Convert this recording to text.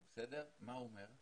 מה הוא אומר?